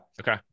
Okay